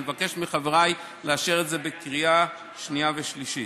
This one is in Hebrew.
אני מבקש מחבריי לאשר את זה בקריאה שנייה ושלישית.